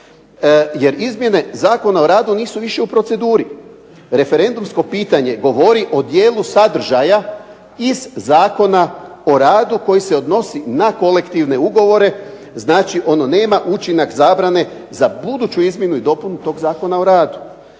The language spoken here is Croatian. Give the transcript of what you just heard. jer izmjene Zakona o radu nisu više u proceduri. Referendumsko pitanje govori o dijelu sadržaja iz Zakona o radu koji se odnosi na kolektivne ugovore, znači ono nema učinak zabrane za buduću izmjenu i dopunu tog Zakona o radu.